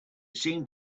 seemed